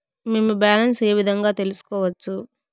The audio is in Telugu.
మేము బ్యాలెన్స్ ఏ విధంగా తెలుసుకోవచ్చు?